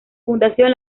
fundación